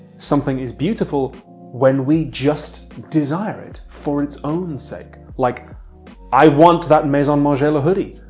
something is beautiful when we just desire it for its own sake. like i want that maison margiela hoodie.